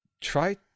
try